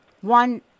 One